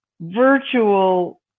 virtual